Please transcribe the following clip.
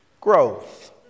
growth